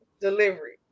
delivery